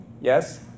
Yes